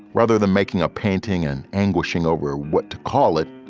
rather than making a painting an anguishing over what to call it,